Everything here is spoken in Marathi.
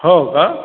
हो का